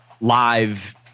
live